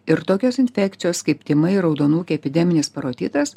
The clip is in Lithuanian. ir tokios infekcijos kaip tymai raudonukė epideminis parotitas